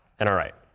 and all right.